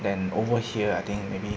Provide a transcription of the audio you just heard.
than over here I think maybe